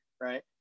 right